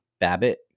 babbitt